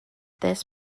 this